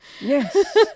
Yes